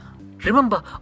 Remember